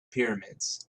pyramids